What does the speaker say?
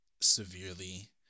severely